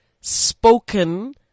spoken